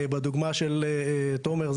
בדוגמא של תומר,